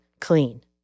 clean